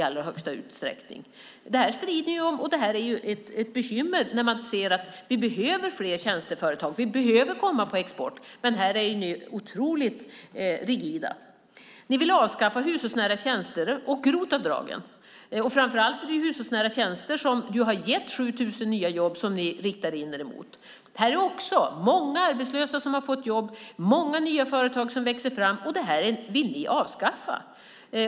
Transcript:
Det här är ett bekymmer, särskilt som vi ser att vi behöver fler tjänsteföretag och att vi behöver exportera. Men ni är otroligt rigida. Ni vill avskaffa detta med hushållsnära tjänster och ROT-avdrag. Men framför allt är det de hushållsnära tjänsterna, som gett 7 000 nya jobb, som ni riktar in er på. Många arbetslösa har fått jobb, och många nya företag växer fram. Men den möjligheten vill ni avskaffa.